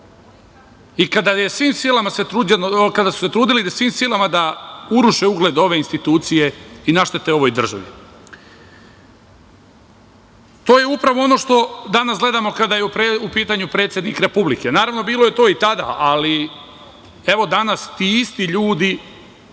silama trudili da uruše ugled ove institucije i naštete ove države. To je upravo ono što danas gledamo, kada je u pitanju predsednik republike. Naravno, bilo je to i tada, ali evo danas ti isti ljudi